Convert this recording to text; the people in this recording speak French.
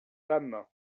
femme